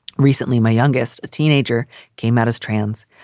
recently, my youngest teenager came out as trans.